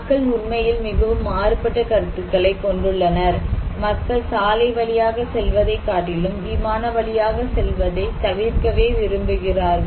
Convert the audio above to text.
மக்கள் உண்மையில் மிகவும் மாறுபட்ட கருத்துக்களைக் கொண்டுள்ளனர் மக்கள் சாலை வழியாக செல்வதைக் காட்டிலும் விமான வழியாக செல்வதை தவிர்க்கவே விரும்புகிறார்கள்